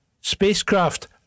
spacecraft